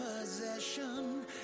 possession